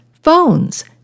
Phones